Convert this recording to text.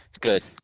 good